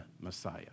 Messiah